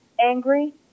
angry